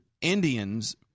Indians